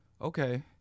Okay